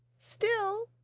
still,